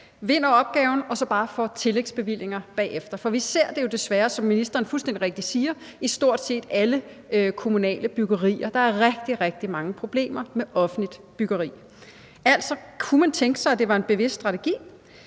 vinder opgaven og så bare får tillægsbevillinger bagefter. For vi ser det jo desværre, som ministeren fuldstændig rigtigt siger, i stort set alle kommunale byggerier. Der er rigtig, rigtig mange problemer med offentligt byggeri. Altså, kunne man tænke sig, at det var en bevidst strategi?